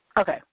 Okay